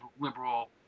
liberal